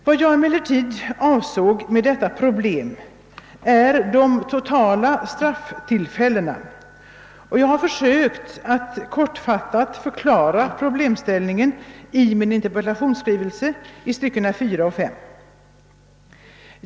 Vad jag avsåg var emellertid de totala strafftillfällena, och jag har försökt att kortfattat förklara problemställningen i fjärde och femte styckena i min interpellation.